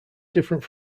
different